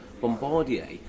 Bombardier